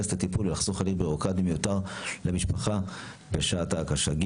את הטיפול ולחסוך הליך בירוקרטי מיותר למשפחה בשעתה הקשה.